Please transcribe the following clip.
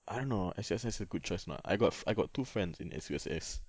I don't know S_U_S_S is a good choice or not I got fr~ I got two friends in S_U_S_S